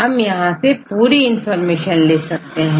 हम यहां से पूरी इंफॉर्मेशन ले सकते हैं